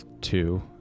two